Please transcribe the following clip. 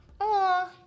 Aw